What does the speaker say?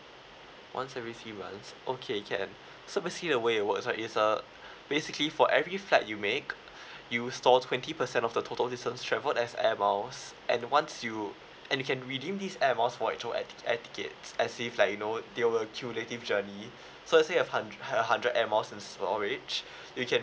once every three months okay can so basically the way it works right is uh basically for every flight you make you'll store twenty percent of the total distance travelled as air miles and once you and you can redeem this air miles point through at air tickets as if like you know they were accumulative journey so let's say a hund~ h~ a hundred air miles and storage you can